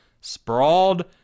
sprawled